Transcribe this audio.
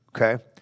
Okay